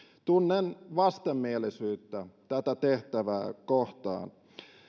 tunnen vastenmielisyyttä tätä tehtävää kohtaan